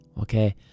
Okay